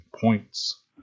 points